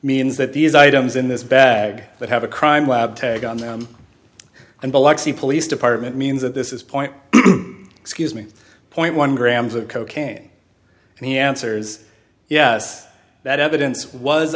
means that these items in this bag that have a crime lab tag on them and biloxi police department means that this is point excuse me point one grams of cocaine and he answers yes that evidence was